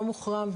לא מוחרם,